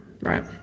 right